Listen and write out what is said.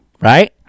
Right